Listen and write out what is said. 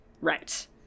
Right